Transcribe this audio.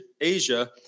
Asia